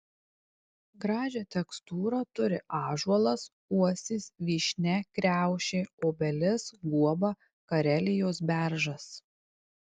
gražią tekstūrą turi ąžuolas uosis vyšnia kriaušė obelis guoba karelijos beržas